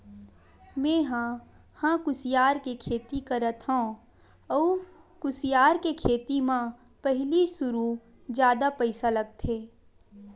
मेंहा ह कुसियार के खेती करत हँव अउ कुसियार के खेती म पहिली सुरु जादा पइसा लगथे